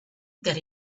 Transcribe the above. that